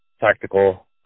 tactical